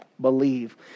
believe